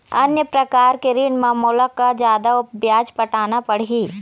अन्य प्रकार के ऋण म मोला का जादा ब्याज पटाना पड़ही?